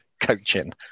Coaching